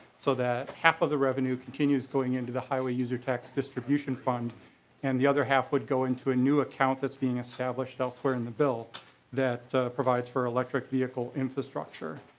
so that half of the revenue continues going into the highway use r tax distribution fund and the other half would go into a new account that's been established elsewhere in the bill that provides for electric vehicle infrastructure.